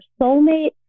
soulmate